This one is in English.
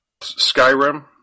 Skyrim